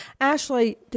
Ashley